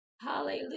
Hallelujah